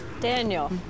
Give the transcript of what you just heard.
Daniel